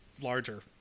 larger